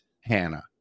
Hannah